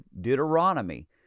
Deuteronomy